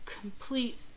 complete